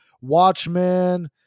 Watchmen